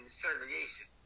segregation